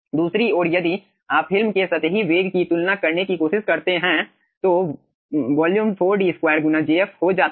दूसरी ओर यदि आप फिल्म के सतही वेग की तुलना करने की कोशिश करते हैं तो वॉल्यूम 4 D2 गुना jf हो जाता है